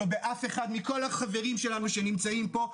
לא באף אחד מכל החברים שלנו שנמצאים פה,